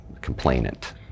complainant